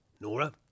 Nora